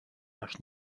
lag